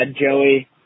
Joey